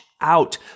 out